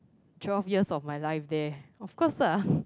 twelve years of my life there of course ah